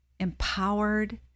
empowered